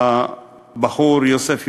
הבחור יוסף יונה,